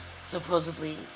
supposedly